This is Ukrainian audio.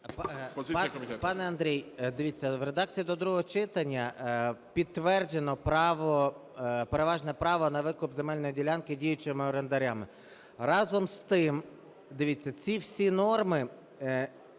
Пане Андрій, дивіться, в редакції до другого читання підтверджено право, переважне право на викуп земельної ділянки діючими орендарями. Разом з тим, дивіться, ці всі норми